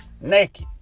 naked